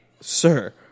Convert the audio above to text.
sir